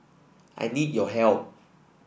I need your help